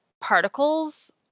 particles